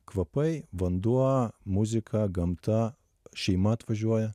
kvapai vanduo muzika gamta šeima atvažiuoja